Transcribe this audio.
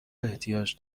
احتیاج